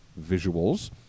visuals